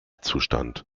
zustand